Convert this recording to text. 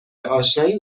اشنایی